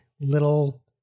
little